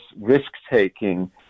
risk-taking